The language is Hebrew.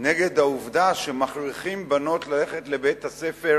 נגד העובדה שמכריחים בנות ללכת לבית-ספר